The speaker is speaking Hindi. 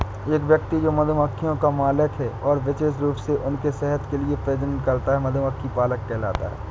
एक व्यक्ति जो मधुमक्खियों का मालिक है और विशेष रूप से उनके शहद के लिए प्रजनन करता है, मधुमक्खी पालक कहलाता है